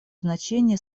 значение